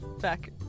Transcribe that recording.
back